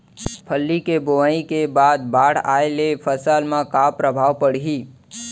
फल्ली के बोआई के बाद बाढ़ आये ले फसल मा का प्रभाव पड़ही?